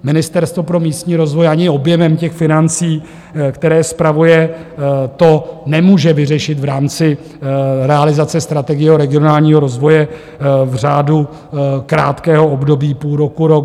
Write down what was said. Ministerstvo pro místní rozvoj ani objemem těch financí, které spravuje, to nemůže vyřešit v rámci realizace strategie regionálního rozvoje v řádu krátkého období půl roku, rok.